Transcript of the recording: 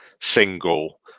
single